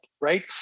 right